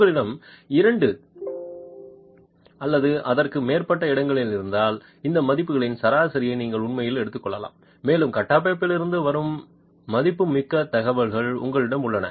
உங்களிடம் இரண்டு அல்லது அதற்கு மேற்பட்ட இடங்கள் இருந்தால் இந்த மதிப்புகளின் சராசரியை நீங்கள் உண்மையில் எடுத்துக் கொள்ளலாம் மேலும் கட்டமைப்பிலிருந்து வரும் மதிப்புமிக்க தகவல்கள் உங்களிடம் உள்ளன